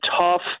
tough